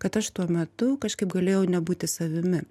kad aš tuo metu kažkaip galėjau nebūti savimi